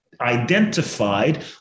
identified